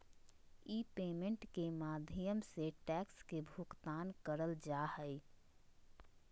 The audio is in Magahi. ई पेमेंट के माध्यम से टैक्स के भुगतान करल जा हय